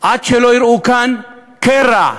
עד שלא יראו כאן קרע ופילוג,